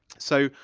so,